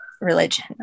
religion